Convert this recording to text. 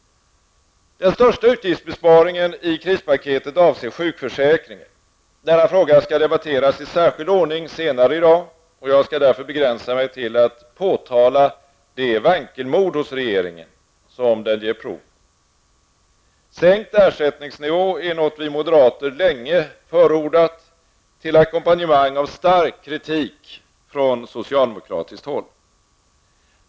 Den största utgiftsbesparingen i krispaketet avser sjukförsäkringen. Denna fråga skall debatteras i särskild ordning senare i dag, och jag skall därför begränsa mig till att påtala det vankelmod hos regeringen som den ger prov på. Sänkt ersättningsnivå är något vi moderater länge förordat till ackompangemang av stark kritik från socialdemokratiskt håll.